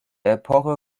epoche